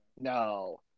No